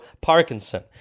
Parkinson